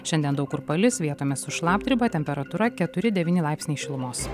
šiandien daug kur palis vietomis su šlapdriba temperatūra keturi devyni laipsniai šilumos